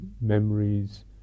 memories